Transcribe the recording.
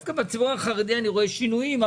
דווקא בציבור החרדי אני רואה שינויים,